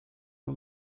nun